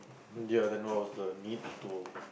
mm ya then what was the need to